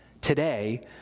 today